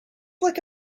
like